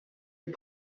les